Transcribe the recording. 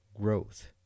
growth